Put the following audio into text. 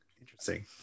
interesting